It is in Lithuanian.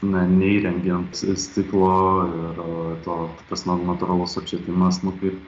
na neįrengiant stiklo ir to tas na natūralus apšvietimas nu kaip